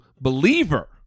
believer